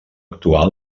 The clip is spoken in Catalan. actual